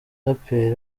umuraperi